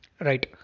Right